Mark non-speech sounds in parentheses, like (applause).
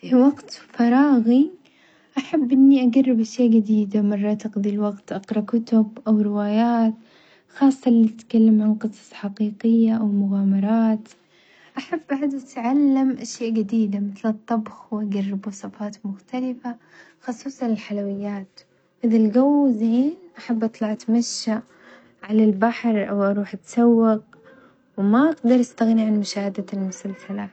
في وقت فراغي أحب أجرب أشياء جديدة مرة تقضي الوقت أقرا كتب أو روايات خاصة اللي بتتكلم عن قصص حقيقية أو مغامرات، أحب (unintelligible) أتعلم أشيا جديدة مثل الطبخ وأجرب وصفات مختلفة خصوصًا الحلويات، وإذا الجو زين أحب أطلع أتمشى على البحر أو أروح أتسوق، وما أقدر أستغني عن مشاهدة المسلسلات.